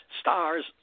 stars